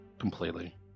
Completely